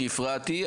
שהפרעתי,